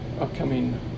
upcoming